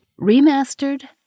remastered